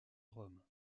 rome